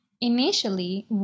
initially